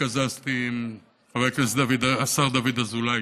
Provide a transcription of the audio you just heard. התקזזתי עם חבר הכנסת השר דוד אזולאי.